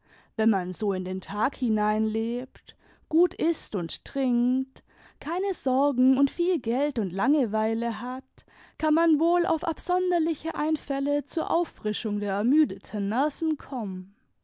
wenn man so in den tag hineinlebt gut ißt und trinkt keine sorgen und viel geld und langeweile hat kann man wohl auf absonderliche einfälle zur auffrischung der ermüdeten nerven kommen